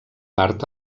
part